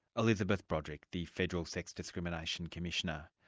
elizabeth broderick, the federal sex discrimination commissioner.